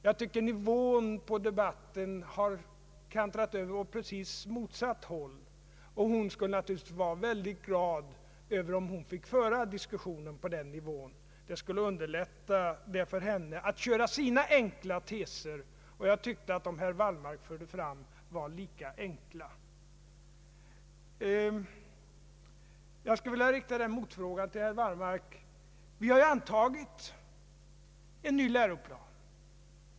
Jag tycker att debattnivån har kantrat över åt motsatt håll, och hon skulle naturligtvis vara mycket glad, om hon fick föra diskussionen på denna nivå; det skulle underlätta för henne att köra sina enkla teser. Jag tycker att de teser som herr Wallmark förde fram var lika enkla. Jag skulle vilja rikta en motfråga till herr Wallmark. Vi har antagit en ny läroplan.